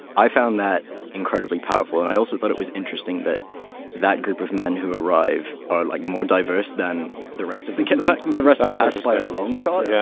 i found that incredibly powerful. and i also thought it was interesting that that group of men who arrive are like more diverse than the rest of the and but rest of the kaiserslautern, a long shot. yeah